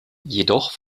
jedoch